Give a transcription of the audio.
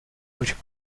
which